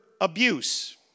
abuse